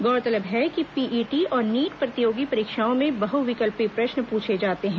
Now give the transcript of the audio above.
गौरतलब है कि पीईटी और नीट प्रतियोगी परीक्षाओं में बहुविकल्पीय प्रश्न पूछे जाते हैं